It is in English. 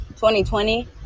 2020